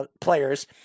players